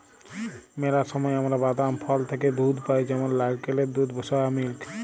ম্যালা সময় আমরা বাদাম, ফল থ্যাইকে দুহুদ পাই যেমল লাইড়কেলের দুহুদ, সয়া মিল্ক